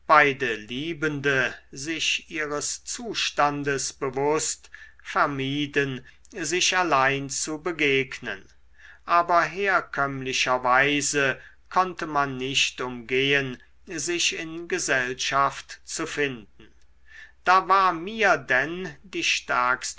liebende sich ihres zustandes bewußt vermieden sich allein zu begegnen aber herkömmlicherweise konnte man nicht umgehen sich in gesellschaft zu finden da war mir denn die stärkste